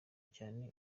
cyane